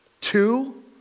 Two